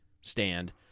Stand